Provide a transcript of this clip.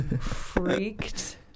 freaked